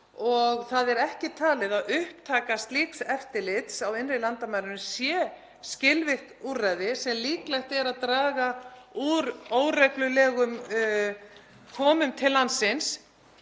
og það er ekki talið að upptaka slíks eftirlits sé skilvirkt úrræði sem líklegt sé að dragi úr óreglulegum komum til landsins.